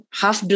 half